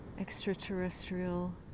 extraterrestrial